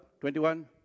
twenty-one